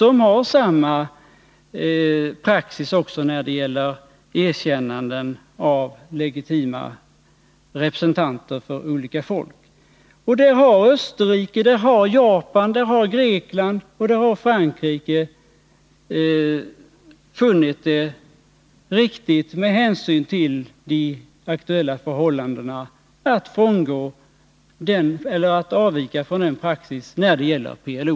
De har också samma praxis då det rör sig om erkännanden av legitima representanter för olika folk. Österrike, Japan, Grekland och Frankrike har med hänsyn till de aktuella förhållandena funnit det riktigt att avvika från praxis när det gäller PLO.